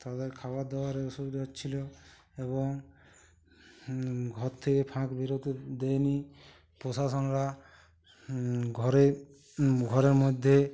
তাদের খাবার দাবারের অসুবিধে হচ্ছিল এবং ঘর থেকে ফাঁক বেরোতে দেয়নি প্রশাসনরা ঘরে ঘরের মধ্যে